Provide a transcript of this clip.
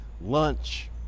lunch